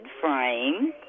frame